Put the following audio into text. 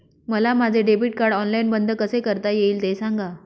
मला माझे debit card online बंद कसे करता येईल, ते सांगा